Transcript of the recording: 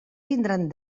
tindran